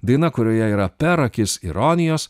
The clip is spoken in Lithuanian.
daina kurioje yra per akis ironijos